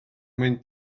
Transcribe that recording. mwyn